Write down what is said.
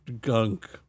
gunk